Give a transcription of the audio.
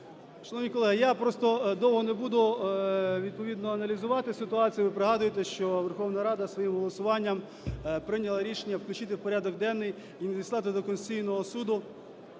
Шановні колеги, я просто довго не буду відповідно аналізувати ситуацію. Ви пригадуєте, що Верховна Рада своїм голосуванням прийняла рішення включити в порядок денний і надіслати до Конституційного Суду